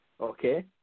Okay